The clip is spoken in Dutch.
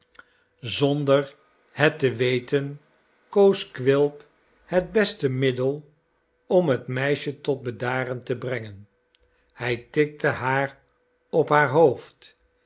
zonder het te weten koos quilp het beste middel om het meisje tot bedaren te brengen hij tikte haar op haar hoofd